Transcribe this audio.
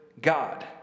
God